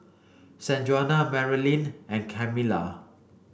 Sanjuana Marylyn and Kamilah